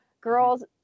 girls